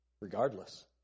Regardless